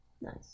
Nice